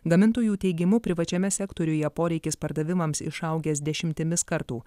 gamintojų teigimu privačiame sektoriuje poreikis pardavimams išaugęs dešimtimis kartų